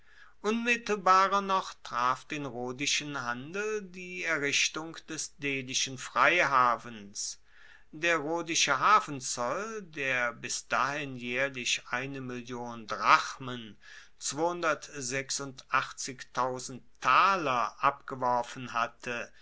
unmittelbarer noch traf den rhodischen handel die errichtung des delischen freihafens der rhodische hafenzoll der bis dahin jaehrlich abgeworfen hatte